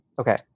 Okay